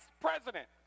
president